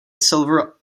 silver